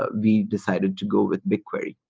ah we decided to go with bigquery.